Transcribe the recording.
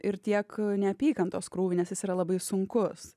ir tiek neapykantos krūvį nes jis yra labai sunkus